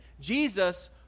Jesus